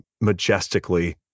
majestically